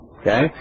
okay